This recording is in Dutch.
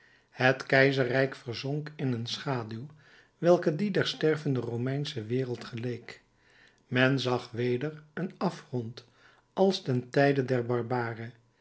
het keizerrijk verzonk in een schaduw welke die der stervende romeinsche wereld geleek men zag weder een afgrond als ten tijde der barbaren